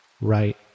Right